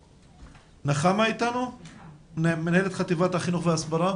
נחמה, מנהלת חטיבת החינוך והסברה.